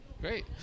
great